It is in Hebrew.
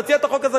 תציע את החוק הזה,